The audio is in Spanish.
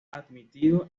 admitido